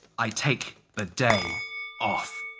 i take the day off.